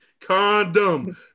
Condom